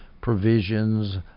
provisions